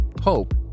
hope